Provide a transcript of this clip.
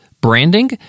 branding